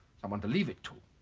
someone to leave it to.